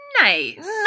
Nice